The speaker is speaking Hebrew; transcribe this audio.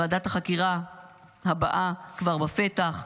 ועדת החקירה הבאה כבר בפתח,